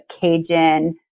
Cajun